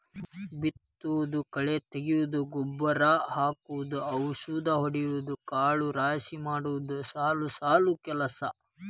ಬಿತ್ತುದು ಕಳೆ ತಗಿಯುದು ಗೊಬ್ಬರಾ ಹಾಕುದು ಔಷದಿ ಹೊಡಿಯುದು ಕಾಳ ರಾಶಿ ಮಾಡುದು ಸಾಲು ಸಾಲು ಕೆಲಸಾ